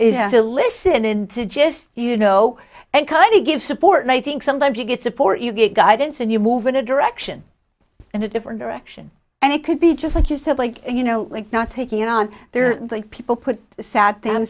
is to listen in to just you know and kind of give support and i think sometimes you get support you get guidance and you move in a direction in a different direction and it could be just like you said like you know like not taking it on there people put sad d